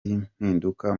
y’impinduka